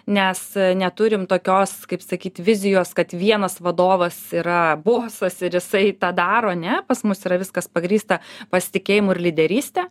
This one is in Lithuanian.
nes neturim tokios kaip sakyt vizijos kad vienas vadovas yra bosas ir jisai tą daro ne pas mus yra viskas pagrįsta pasitikėjimu ir lyderyste